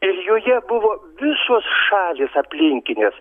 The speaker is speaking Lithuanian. ir joje buvo visos šalys aplinkinės